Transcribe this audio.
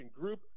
group